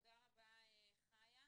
תודה רבה, חיה.